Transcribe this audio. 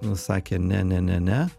nu sakė ne ne ne ne